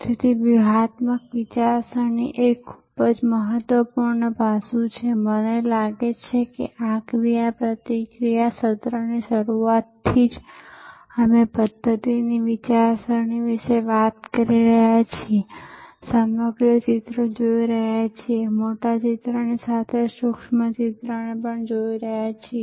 તેથી વ્યૂહાત્મક વિચારસરણી જે એક ખૂબ જ મહત્વપૂર્ણ પાસું છે મને લાગે છે કે આ ક્રિયાપ્રતિક્રિયા સત્રની શરૂઆતથી જ અમે પધ્ધતિની વિચારસરણી વિશે વાત કરી રહ્યા છીએ સમગ્ર ચિત્રો જોઈ રહ્યા છીએ મોટા ચિત્રની સાથે સાથે સૂક્ષ્મ ચિત્રને જોઈ રહ્યા છીએ